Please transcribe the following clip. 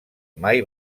mai